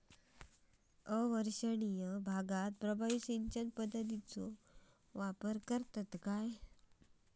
अवर्षणिय भागात प्रभावी सिंचन पद्धतीचो वापर करतत काय?